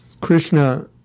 Krishna